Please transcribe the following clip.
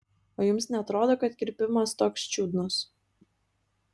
o jums neatrodo kad kirpimas toks čiudnas